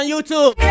YouTube